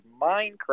Minecraft